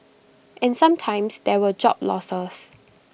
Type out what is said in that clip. and sometimes there were job losses